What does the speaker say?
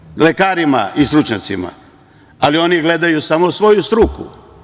Svaka čast lekarima i stručnjacima, ali oni gledaju samo svoju struku.